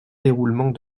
déroulement